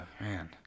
man